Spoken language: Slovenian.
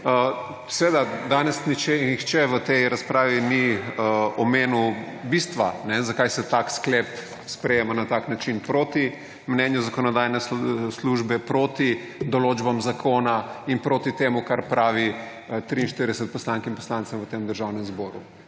Seveda danes nihče v tej razpravi ni omenil bistva, zakaj se tak sklep sprejema na tak način proti mnenju zakonodajne službe, proti določbam zakona in proti temu, kar pravi 43 poslank in poslancev v tem Državnem zboru.